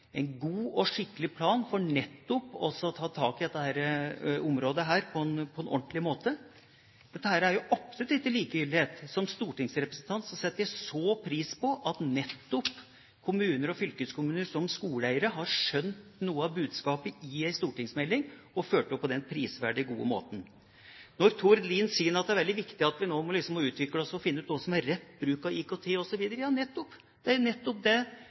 en god og skikkelig plan for nettopp å ta tak i dette området på en ordentlig måte? Dette er jo absolutt ikke likegyldighet! Som stortingsrepresentant setter jeg så pris på at nettopp kommuner og fylkeskommuner som skoleeiere har skjønt noe av budskapet i en stortingsmelding og fulgt det opp på den prisverdige, gode måten. Tord Lien sier at det er veldig viktig at vi må utvikle oss og finne ut hva som er rett bruk av IKT, osv. Ja, det er jo nettopp det